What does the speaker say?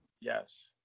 yes